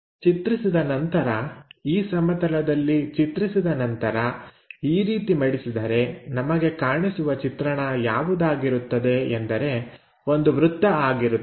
ಚಿತ್ರಿಸಿದ ನಂತರ ಈ ಸಮತಲದಲ್ಲಿ ಚಿತ್ರಿಸಿದ ನಂತರ ಈ ರೀತಿ ಮಡಿಸಿದರೆ ನಮಗೆ ಕಾಣಿಸುವ ಚಿತ್ರಣ ಯಾವುದಾಗಿರುತ್ತದೆ ಎಂದರೆ ಒಂದು ವೃತ್ತ ಆಗಿರುತ್ತದೆ